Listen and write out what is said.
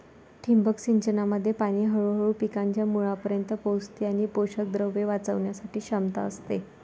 ठिबक सिंचनामध्ये पाणी हळूहळू पिकांच्या मुळांपर्यंत पोहोचते आणि पोषकद्रव्ये वाचवण्याची क्षमता असते